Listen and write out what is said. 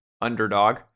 underdog